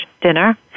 dinner